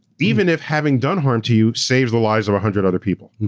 even if having done harm to you, saves the lives of a hundred other people.